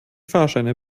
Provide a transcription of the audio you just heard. fahrscheine